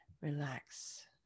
Relax